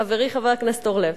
חברי חבר הכנסת אורלב,